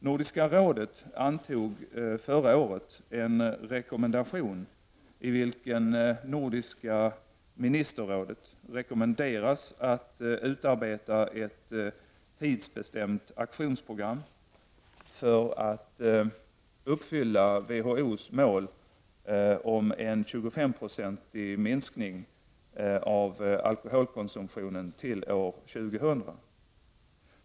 Nordiska rådet antog förra året en rekommendation i vilken Nordiska ministerrådet rekommenderades att utarbeta ett tidsbestämt aktionsprogram för att uppfylla WHO:s mål om en 25-procentig minskning av alkoholkonsumtionen till år 2000.